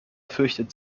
fürchtet